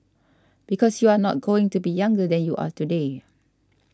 because you are not going to be younger than you are today